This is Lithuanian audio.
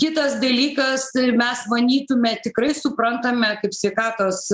kitas dalykas tai mes manytume tikrai suprantame kaip sveikatos